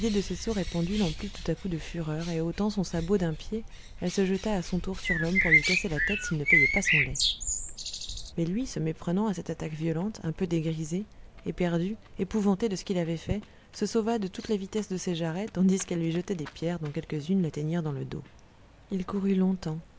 de ses seaux répandus l'emplit tout à coup de fureur et ôtant son sabot d'un pied elle se jeta à son tour sur l'homme pour lui casser la tête s'il ne payait pas son lait mais lui se méprenant à cette attaque violente un peu dégrisé éperdu épouvanté de ce qu'il avait fait se sauva de toute la vitesse de ses jarrets tandis qu'elle lui jetait des pierres dont quelques-unes l'atteignirent dans le dos il courut longtemps